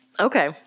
Okay